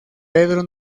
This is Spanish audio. pedro